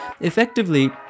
Effectively